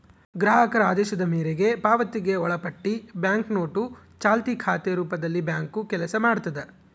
ಗ್ರಾಹಕರ ಆದೇಶದ ಮೇರೆಗೆ ಪಾವತಿಗೆ ಒಳಪಟ್ಟಿ ಬ್ಯಾಂಕ್ನೋಟು ಚಾಲ್ತಿ ಖಾತೆ ರೂಪದಲ್ಲಿಬ್ಯಾಂಕು ಕೆಲಸ ಮಾಡ್ತದ